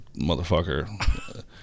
motherfucker